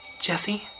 Jesse